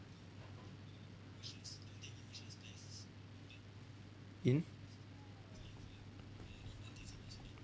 in